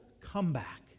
comeback